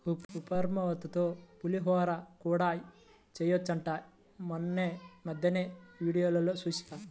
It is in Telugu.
ఉప్మారవ్వతో పులిహోర కూడా చెయ్యొచ్చంట మొన్నీమద్దెనే వీడియోలో జూశా